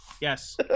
Yes